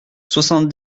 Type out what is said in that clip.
soixante